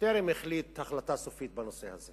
טרם החליט החלטה סופית בנושא הזה,